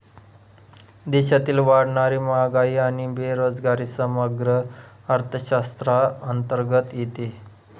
देशातील वाढणारी महागाई आणि बेरोजगारी समग्र अर्थशास्त्राअंतर्गत येते